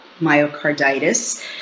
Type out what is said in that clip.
myocarditis